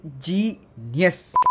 genius